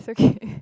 it's okay